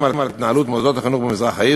להתנהלות מוסדות החינוך במזרח העיר.